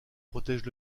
protègent